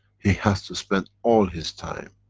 he has to spend all his time.